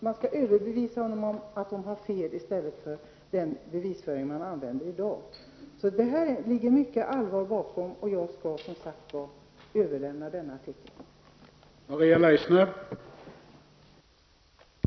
Man skall överbevisa den asylsökande om att han eller hon har fel i stället för att använda den nuvarande bevisföringen. Det ligger mycket allvar bakom detta, och jag skall överlämna denna artikel till invandrarministern.